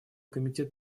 комитет